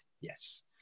Yes